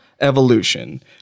Evolution